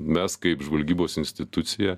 mes kaip žvalgybos institucija